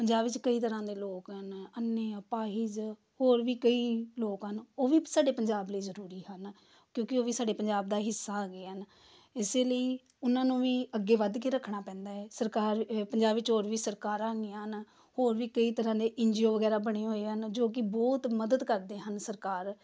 ਪੰਜਾਬ ਵਿੱਚ ਕਈ ਤਰ੍ਹਾਂ ਦੇ ਲੋਕ ਹਨ ਅੰਨੇ ਅਪਾਹਿਜ ਹੋਰ ਵੀ ਕਈ ਲੋਕ ਹਨ ਉਹ ਵੀ ਸਾਡੇ ਪੰਜਾਬ ਲਈ ਜ਼ਰੂਰੀ ਹਨ ਕਿਉਂਕਿ ਉਹ ਵੀ ਸਾਡੇ ਪੰਜਾਬ ਦਾ ਹਿੱਸਾ ਆ ਗਏ ਹਨ ਇਸ ਲਈ ਉਹਨਾਂ ਨੂੰ ਵੀ ਅੱਗੇ ਵੱਧ ਕੇ ਰੱਖਣਾ ਪੈਂਦਾ ਹੈ ਸਰਕਾਰ ਇਹ ਪੰਜਾਬ ਵਿੱਚ ਹੋਰ ਵੀ ਸਰਕਾਰਾਂ ਆਉਂਦੀਆਂ ਹਨ ਹੋਰ ਵੀ ਕਈ ਤਰ੍ਹਾਂ ਦੇ ਐਨ ਜੀ ਓ ਵਗੈਰਾ ਬਣੇ ਹੋਏ ਹਨ ਜੋ ਕਿ ਬਹੁਤ ਮਦਦ ਕਰਦੇ ਹਨ ਸਰਕਾਰ